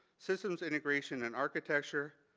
systems integration and architecture,